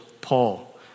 Paul